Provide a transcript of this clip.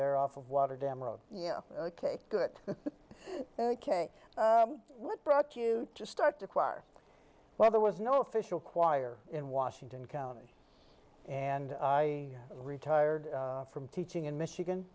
there off of water dam road yeah ok good ok what brought you to start to acquire while there was no official choir in washington county and i retired from teaching in michigan